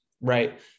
right